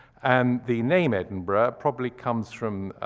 and the name edinburgh probably comes from